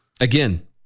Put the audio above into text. Again